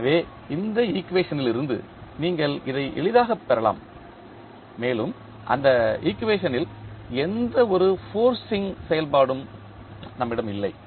எனவே இந்த ஈக்குவேஷனிலிருந்து நீங்கள் இதை எளிதாகப் பெறலாம் மேலும் அந்த ஈக்குவேஷனில் எந்தவொரு ஃபோர்ஸிங் செயல்பாடும் நம்மிடம் இல்லை